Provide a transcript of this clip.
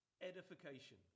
edification